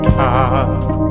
top